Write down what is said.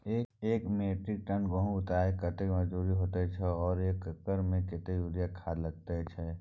एक metric ton गेहूं उतारेके कतेक मजदूरी होय छै आर एक एकर में कतेक यूरिया खाद लागे छै?